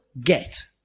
get